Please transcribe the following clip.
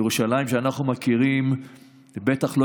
ירושלים שאנחנו מכירים היא בטח לא